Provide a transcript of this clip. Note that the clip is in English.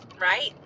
Right